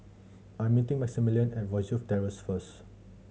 I'm meeting Maximillian at Rosyth Terrace first